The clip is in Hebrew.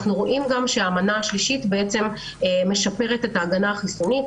אנחנו רואים שהמנה השלישית משפרת את ההגנה החיסונית,